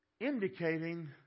Indicating